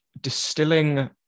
distilling